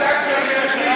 אתה צריך להכריז,